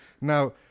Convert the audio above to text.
now